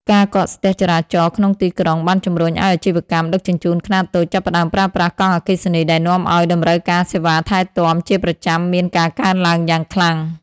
ការកកស្ទះចរាចរណ៍ក្នុងទីក្រុងបានជំរុញឱ្យអាជីវកម្មដឹកជញ្ជូនខ្នាតតូចចាប់ផ្តើមប្រើប្រាស់កង់អគ្គិសនី ដែលនាំឱ្យតម្រូវការសេវាថែទាំជាប្រចាំមានការកើនឡើងយ៉ាងខ្លាំង។